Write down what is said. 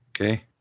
Okay